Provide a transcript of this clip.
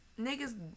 niggas